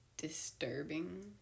disturbing